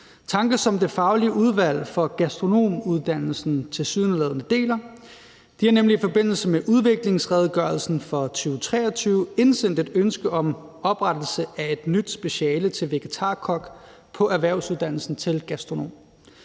tanker som det faglige udvalg for gastronomuddannelsen tilsyneladende deler. De har nemlig i forbindelse med udviklingsredegørelsen for 2023 indsendt et ønske om oprettelse af et nyt speciale til vegetarkok på erhvervsuddannelsen til gastronom.